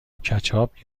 کچاپ